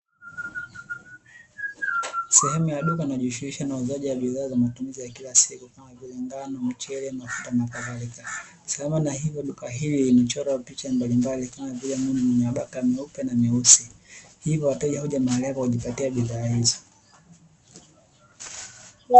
Sehemu ya duka inajishughulisha na uuzaji wa bidhaa za matumizi ya kila siku kama vile mchele, sukari, na unga na kadhalika. Sambamba na hiyo duka hili lina michoro ya picha mbalimbali kama vile ya mnyama mwenye mabaka meupe na meusi. Hivyo wateja huja kujipatia bidhaa hizo.